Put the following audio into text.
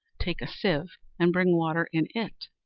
take a sieve and bring water in it.